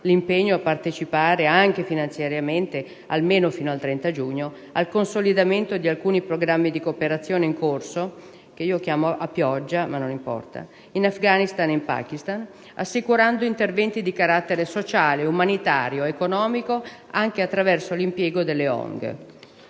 l'impegno a partecipare anche finanziariamente almeno fino al 30 giugno, al consolidamento di alcuni programmi di cooperazione in corso in Afghanistan e Pakistan - che io definisco a pioggia - assicurando interventi di carattere sociale, umanitario ed economico, anche attraverso l'impiego delle ONG.